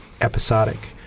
episodic